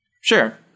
sure